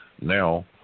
now